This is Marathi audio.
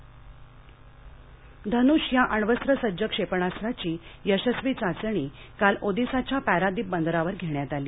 धन्षः धन्ष या अण्वस्त्रसज्ज क्षेपणास्त्राची यशस्वी चाचणी काल ओदिशाच्या पॅरादीप बंदरावर घेण्यात आली